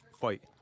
fight